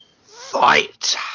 Fight